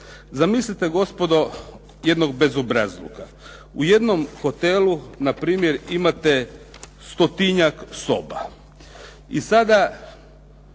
Zamislite gospodo jednog bezobrazluka. U jednom hotelu na primjer imate stotinjak osoba. I sada